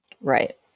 Right